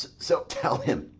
so tell him,